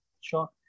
Sure